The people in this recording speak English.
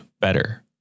better